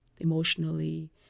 emotionally